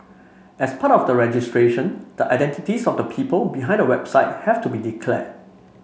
as part of the registration the identities of the people behind the website have to be declared